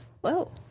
Whoa